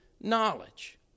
knowledge